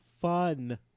fun